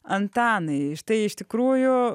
antanai štai iš tikrųjų